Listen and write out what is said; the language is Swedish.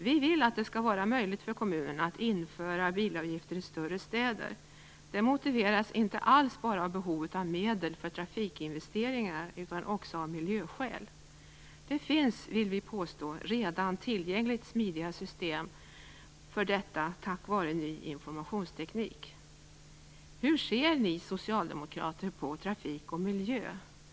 Vi vill att det skall vara möjligt för kommunerna att införa bilavgifter i större städer. Det motiveras inte alls bara av behovet av medel för trafikinvesteringar utan också av miljöskäl. Smidiga system för detta finns, vill vi påstå, redan tillgängliga tack vare ny informationsteknik. Hur ser ni socialdemokrater på trafik och miljö?